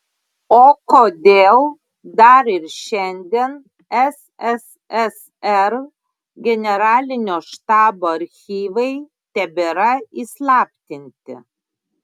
o kodėl dar ir šiandien sssr generalinio štabo archyvai tebėra įslaptinti